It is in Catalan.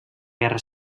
guerra